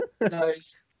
Nice